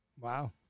Wow